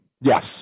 Yes